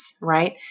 right